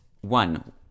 One